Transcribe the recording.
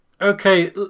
Okay